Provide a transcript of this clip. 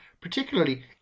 particularly